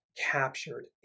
captured